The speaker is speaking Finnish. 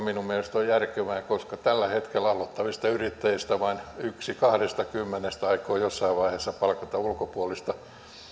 minun mielestäni on järkevää koska tällä hetkellä aloittavista yrittäjistä vain yksi kahdestakymmenestä aikoo jossain vaiheessa palkata ulkopuolista